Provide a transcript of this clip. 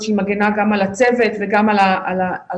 שהיא מגנה גם על הצוות וגם על הסביבה.